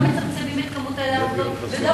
גם מצמצמים את כמות הידיים העובדות וגם